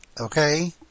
okay